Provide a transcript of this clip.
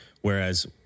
Whereas